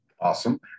Awesome